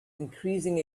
increasing